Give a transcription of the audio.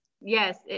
Yes